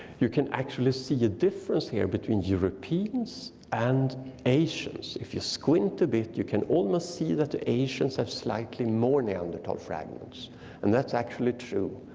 you can actually see a difference here between europeans and asians. if you squint a bit, you can almost see that asians have slightly more neanderthal fragments and that's actually true.